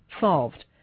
solved